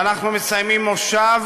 ואנחנו מסיימים מושב